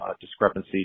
discrepancy